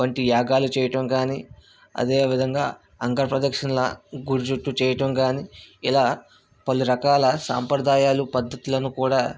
వంటి యాగాలు చేయటం కాని అదే విధంగా అంగప్రదక్షిణలు గుడి చుట్టూ చేయటం కాని ఇలా పలురకాల సాంప్రదాయాలు పద్ధతులను కూడా